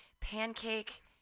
Pancake